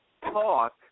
talk